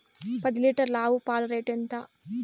పది లీటర్ల ఆవు పాల రేటు ఎంత?